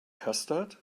custard